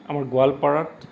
আমাৰ গোৱালপাৰাত